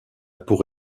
pour